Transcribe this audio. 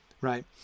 right